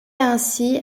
ainsi